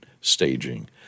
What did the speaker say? staging